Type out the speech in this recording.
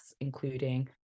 including